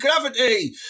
gravity